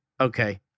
okay